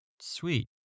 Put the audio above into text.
sweet